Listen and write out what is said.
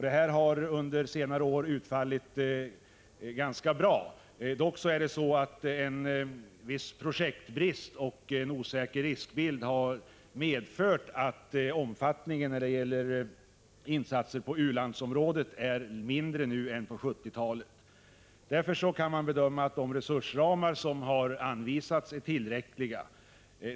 Den har under senare år utfallit ganska bra. Dock har en viss projektbrist och en osäker riskbild medfört att omfattningen när det gäller insatser på ulandsområdet är mindre nu än på 1970-talet. Därför kan man bedöma att de resursramar som har anvisats är tillräckliga.